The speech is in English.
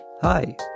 Hi